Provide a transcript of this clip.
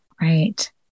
Right